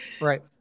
Right